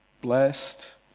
blessed